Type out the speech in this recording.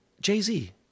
Jay-Z